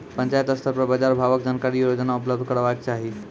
पंचायत स्तर पर बाजार भावक जानकारी रोजाना उपलब्ध करैवाक चाही?